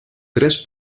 tres